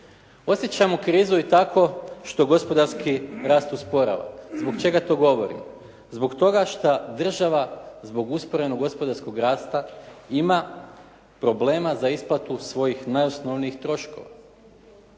Osjećamo krizu i tako što gospodarski rast usporava. Zbog čega to govorim? Zbog toga što država zbog usporenog gospodarskog rasta ima problema za isplatu svojih najosnovnijih troškova.